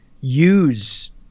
use